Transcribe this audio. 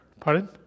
Pardon